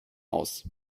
aus